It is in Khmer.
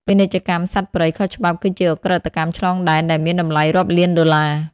ពាណិជ្ជកម្មសត្វព្រៃខុសច្បាប់គឺជាឧក្រិដ្ឋកម្មឆ្លងដែនដែលមានតម្លៃរាប់លានដុល្លារ។